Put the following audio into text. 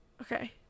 Okay